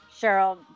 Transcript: Cheryl